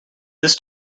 this